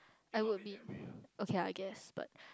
I would be okay I guess but